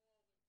שישלמו ההורים.